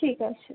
ঠিক আছে